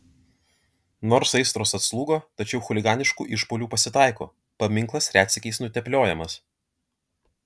nors aistros atslūgo tačiau chuliganiškų išpuolių pasitaiko paminklas retsykiais nutepliojamas